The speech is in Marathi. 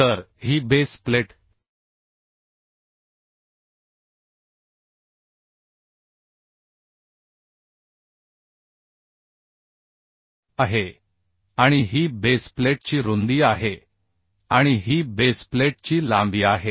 तर ही बेस प्लेट आहे आणि ही बेस प्लेटची रुंदी आहे आणि ही बेस प्लेटची लांबी आहे